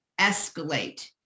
escalate